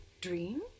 Dream